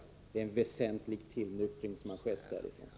Det har skett en väsentlig tillnyktring med den nuvarande oppositionen.